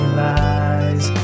lies